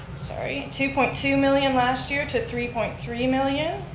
sorry, two point two million last year, to three point three million.